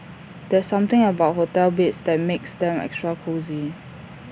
there's something about hotel beds that makes them extra cosy